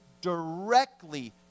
directly